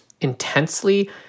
intensely-